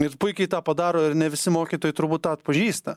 ir puikiai tą padaro ir ne visi mokytojai turbūt tą atpažįsta